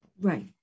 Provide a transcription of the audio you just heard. Right